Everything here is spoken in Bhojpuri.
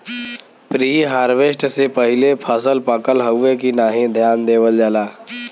प्रीहार्वेस्ट से पहिले फसल पकल हउवे की नाही ध्यान देवल जाला